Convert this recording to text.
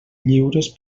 lliures